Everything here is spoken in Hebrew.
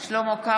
(קוראת בשמות חברי הכנסת) שלמה קרעי,